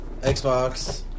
Xbox